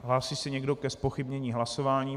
Hlásí se někdo ke zpochybnění hlasování?